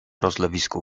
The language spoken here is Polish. rozlewisku